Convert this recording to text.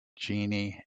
jeannie